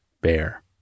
bear